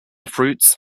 fruits